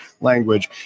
language